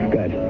Good